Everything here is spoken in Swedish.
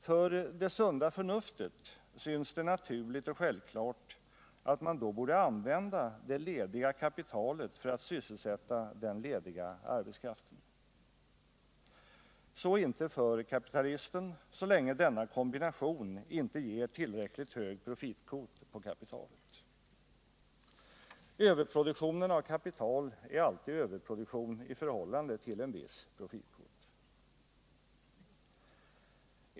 För det sunda förnuftet syns det naturligt och självklart att man då borde använda det lediga kapitalet för att sysselsätta den lediga arbetskraften. Så icke för kapitalisten, så länge denna kombination icke ger tillräckligt hög profitkvot på kapitalet. Överproduktionen av kapital är alltid överproduktion i förhållande till en viss profitkvot.